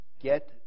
Get